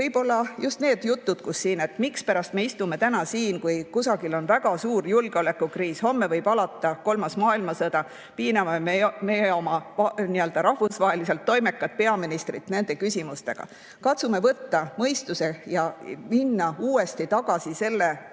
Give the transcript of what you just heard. Võib-olla on see just see, mispärast me istume siin täna, kuigi kusagil on väga suur julgeolekukriis, homme võib alata kolmas maailmasõda, ja piiname oma rahvusvaheliselt toimekat peaministrit nende küsimustega. Katsume võtta mõistusega ja minna uuesti tagasi selle